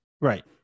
Right